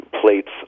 plates